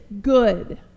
good